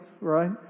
right